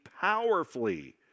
powerfully